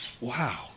Wow